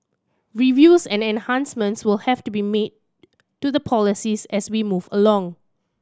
reviews and enhancements will have to be made to the policies as we move along